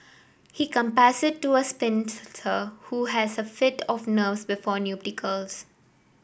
he compares it to a spinster who has a fit of nerves before nuptials